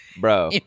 Bro